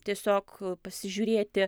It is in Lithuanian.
tiesiog pasižiūrėti